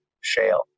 shale